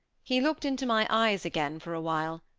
he looked into my eyes again for awhile,